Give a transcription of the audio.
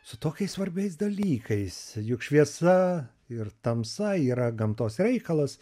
su tokiais svarbiais dalykais juk šviesa ir tamsa yra gamtos reikalas